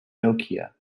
nokia